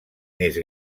més